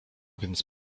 więc